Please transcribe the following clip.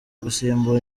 gusimbura